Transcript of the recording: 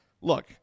look